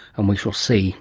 and we shall see